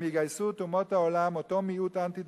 הם, אותו מיעוט אנטי-דתי,